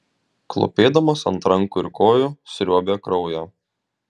klūpėdamas ant rankų ir kojų sriuobė kraują